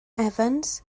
evans